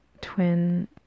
twin